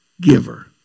giver